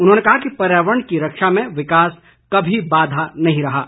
उन्होंने कहा कि पर्यावरण की रक्षा में विकास कभी भी बाधा नहीं रहा है